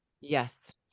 yes